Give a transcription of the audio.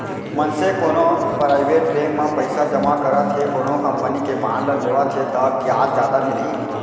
मनसे कोनो private bank म पइसा जमा करत हे कोनो कंपनी के बांड ल लेवत हे ता बियाज जादा मिलही